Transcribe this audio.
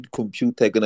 computer